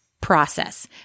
process